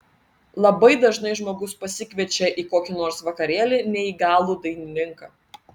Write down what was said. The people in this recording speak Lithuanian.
labai dažnai žmogus pasikviečia į kokį nors vakarėlį neįgalų dainininką